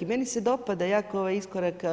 I meni se dopada jako ovaj iskorak